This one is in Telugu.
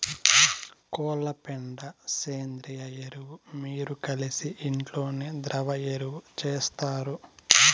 కోళ్ల పెండ సేంద్రియ ఎరువు మీరు కలిసి ఇంట్లోనే ద్రవ ఎరువు చేస్తారు